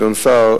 גדעון סער,